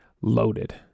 loaded